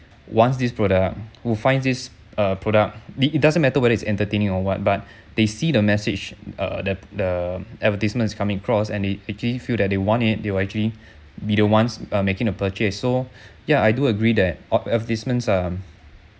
wants this product who find this uh product it it doesn't matter whether it's entertaining or what but they see the message err the the advertisements is coming across and they actually feel that they want it they will actually be the ones uh making the purchase so ya I do agree that ad~ advertisements are